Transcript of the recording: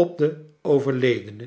op den overledene